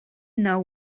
know